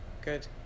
Good